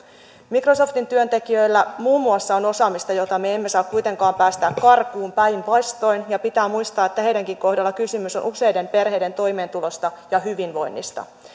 microsoftin työntekijöillä muun muassa on osaamista jota me emme saa kuitenkaan päästää karkuun päinvastoin ja pitää muistaa että heidänkin kohdallaan kysymys on useiden perheiden toimeentulosta ja hyvinvoinnista